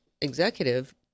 executive